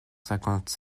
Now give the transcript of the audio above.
cinquante